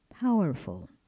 Powerful